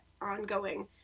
ongoing